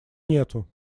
нету